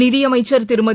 நிதியமைச்சர் திருமதி